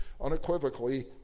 unequivocally